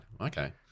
Okay